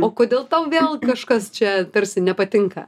o kodėl tau vėl kažkas čia tarsi nepatinka